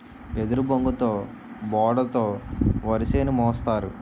ఎదురుబొంగుతో బోడ తో వరిసేను మోస్తారు